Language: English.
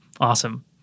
Awesome